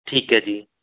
ਠੀਕ ਹੈ ਜੀ